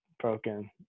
broken